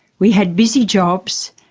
we had busy jobs,